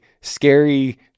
scary